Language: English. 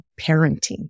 parenting